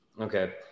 Okay